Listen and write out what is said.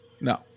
No